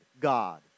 God